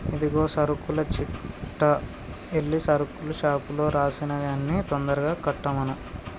ఇదిగో సరుకుల చిట్టా ఎల్లి సరుకుల షాపులో రాసినవి అన్ని తొందరగా కట్టమను